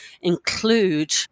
include